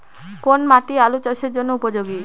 কোন মাটি আলু চাষের জন্যে উপযোগী?